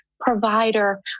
provider